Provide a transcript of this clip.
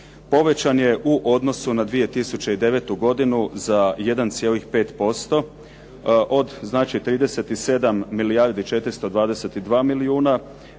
povećan je u odnosu na 2009. godinu za 1,5% od znači 37 milijardi 422 milijuna